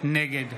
נגד